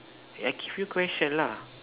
I give you question lah